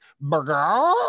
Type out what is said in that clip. burger